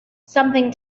something